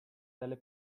delle